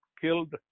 killed